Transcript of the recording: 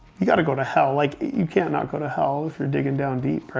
you gotta go to hell. like, you can't not go to hell if you're digging down deep, right?